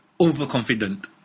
overconfident